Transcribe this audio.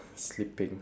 sleeping